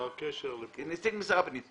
מה הקשר לפה?